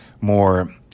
more